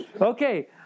Okay